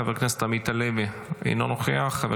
חבר הכנסת גלעד קריב, אינו נוכח.